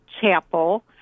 chapel